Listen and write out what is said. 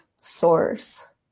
source